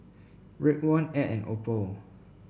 Raekwon Ed and Opal